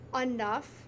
enough